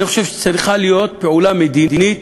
אני חושב שצריכה להיות פעולה מדינית,